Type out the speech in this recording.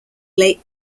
late